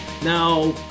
Now